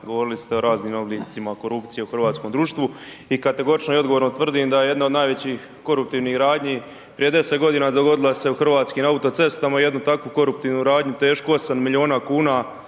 govorili ste o raznim oblicima korupcije u hrvatskom društvu i kategorično i odgovorno tvrdim da jedna od najvećih koruptivnih radnji prije 10 g. dogodila se u Hrvatskim autocestama, jednu takvu koruptivnu radnju tešku 8 milijuna kuna